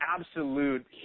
absolute